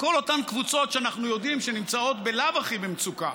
כל אותן קבוצות שאנחנו יודעים שנמצאות בלאו הכי במצוקה